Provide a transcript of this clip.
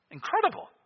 Incredible